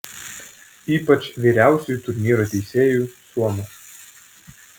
ypač vyriausiuoju turnyro teisėju suomiu